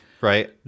right